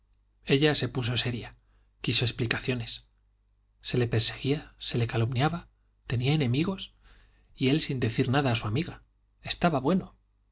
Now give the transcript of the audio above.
ella se puso seria quiso explicaciones se le perseguía se le calumniaba tenía enemigos y él sin decir nada a su amiga estaba bueno